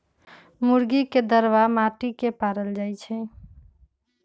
मुर्गी के दरबा माटि के पारल जाइ छइ